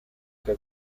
que